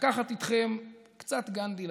לקחת איתכם קצת גנדי לדרך.